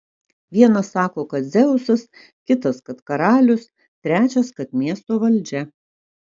vienas sako kad dzeusas kitas kad karalius trečias kad miesto valdžia